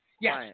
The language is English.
Yes